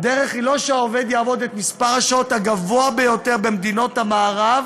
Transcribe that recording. הדרך היא לא שהעובד יעבוד את מספר השעות הגבוה ביותר במדינות המערב